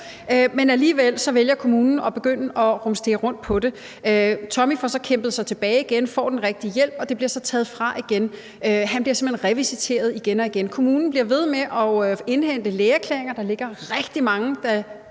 men alligevel vælger kommunen at begynde at rumstere med det. Tommy får så kæmpet sig tilbage igen, får den rigtige hjælp, og den bliver så taget fra ham igen. Han bliver simpelt hen revisiteret igen og igen. Kommunen bliver ved med at indhente lægeerklæringer, og der ligger rigtig mange, der